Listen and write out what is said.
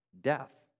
death